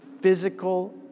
physical